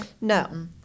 No